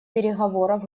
переговоров